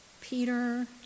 Peter